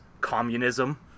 communism